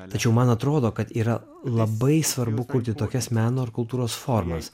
tačiau man atrodo kad yra labai svarbu kurti tokias meno ir kultūros formas